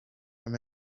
from